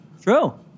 True